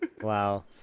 Wow